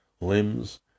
Limbs